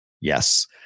Yes